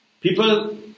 People